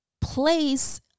place